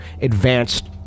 advanced